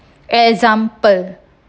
example